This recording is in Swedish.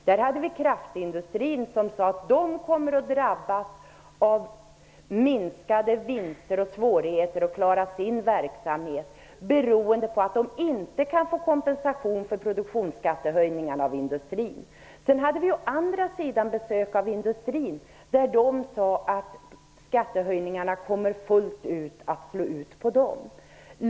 Där hade vi representanter för kraftindustrin som sade att de kommer att drabbas av minskade vinster och svårigheter att klara sin verksamhet beroende på att de inte kan få kompensation för produktionsskattehöjningen för industrin. Sedan hade vi å andra sidan besök av representanter för industrin. De sade att skattehöjningarna kommer att slå fullt ut på industrin. Detta är allvarligt.